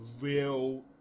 real